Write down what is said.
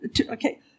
Okay